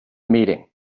meeting